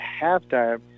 halftime